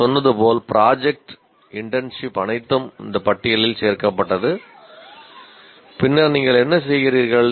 நான் சொன்னது போல் ப்ராஜெக்ட் அனைத்தும் இந்த பட்டியலில் சேர்க்கப்பட்டது பின்னர் நீங்கள் என்ன செய்கிறீர்கள்